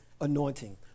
anointing